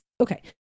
Okay